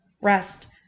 rest